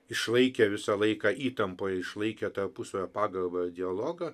išlaikė visą laiką įtampoj išlaikė tarpusavio pagarbą ir dialogą